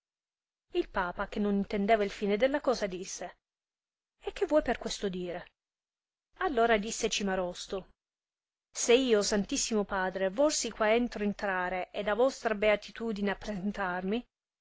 il papa che non intendeva il fine della cosa disse e che vuoi per questo dire all ora disse cimarosto se io santissimo padre volsi qua entro entrare ed a vostra beatitudine